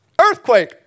Earthquake